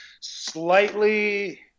Slightly